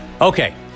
Okay